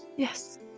Yes